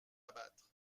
abattre